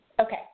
Okay